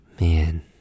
Man